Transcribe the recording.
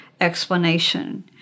explanation